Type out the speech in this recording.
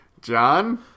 John